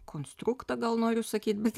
konstruktą gal noriu sakyt bet